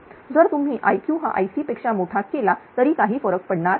जर तुम्ही Iq हा Ic पेक्षा मोठा केला तरी काही फरक पडणार नाही